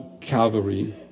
Calvary